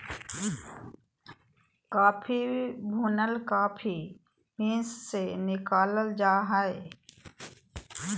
coffee भुनल coffee beans से निकालल जा हइ